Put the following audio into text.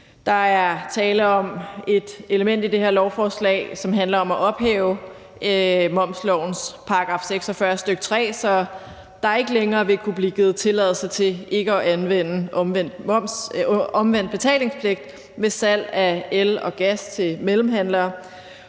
Der er tale om et element i det her lovforslag, som handler om at ophæve momslovens § 46, stk. 3, så der ikke længere vil kunne blive givet tilladelse til ikke at anvende omvendt betalingspligt ved salg af el og gas til mellemhandlere.